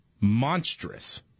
monstrous